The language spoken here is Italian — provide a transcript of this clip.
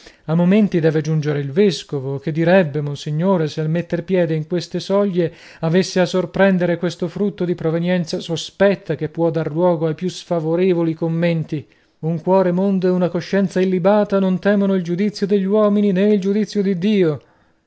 a momenti deve giungere il vescovo che direbbe monsignore se al metter piede in queste soglie avesse a sorprendere questo frutto di provenienza sospetta che può dar luogo ai più sfavorevoli commenti un cuore mondo e una coscienza illibata non temono il giudizio degli uomini nè il giudizio di dio